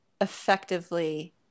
effectively